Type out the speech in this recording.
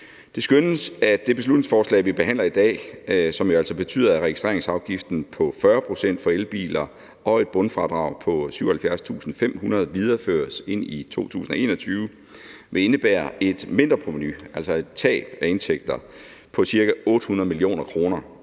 Det skønnes, at det beslutningsforslag, vi behandler i dag – og som jo altså betyder, at registreringsafgiften på 40 pct. for elbiler og et bundfradrag på 77.500 kr. videreføres ind i 2021 – vil indebære et mindre provenu, altså et tab af indtægter, på ca. 800 mio. kr.